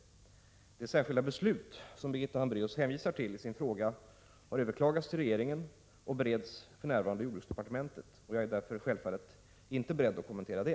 Det särskilda beslut som Birgitta Hambraeus hänvisar till i sin fråga har överklagats till regeringen och bereds för närvarande i jordbruksdepartementet. Jag är därför självfallet inte beredd att kommentera det.